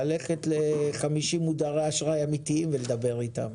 ללכת ל-50 מודרי אשראי אמיתיים ולדבר איתם?